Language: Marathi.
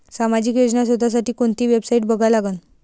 सामाजिक योजना शोधासाठी कोंती वेबसाईट बघा लागन?